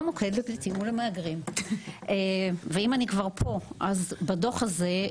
המוקד לפליטים ולמהגרים ואם אני כבר פה אז בדוח הזה,